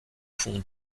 font